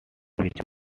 which